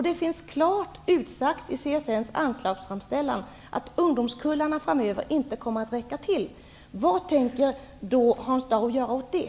Det finns klart utsagt i CSN:s anslagsframställan att det inte kommer att finnas tillräckligt med platser för ungdomskullarna framöver. Vad tänker Hans Dau göra åt det?